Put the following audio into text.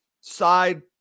side